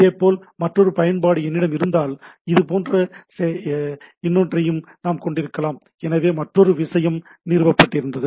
இதேபோல் மற்றொரு பயன்பாடு என்னிடம் இருந்தால் இது போன்ற இன்னொன்றையும் நாம் கொண்டிருக்கலாம் எனவே மற்றொரு விஷயம் நிறுவப்பட்டிருந்தது